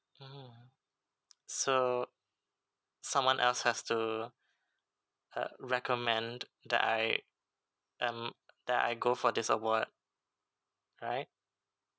mmhmm so someone else has to uh recommend that I I'm that I go for this award right